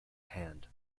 hand